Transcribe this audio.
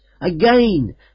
Again